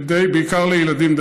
בעיקר לילדים,